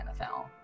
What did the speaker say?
NFL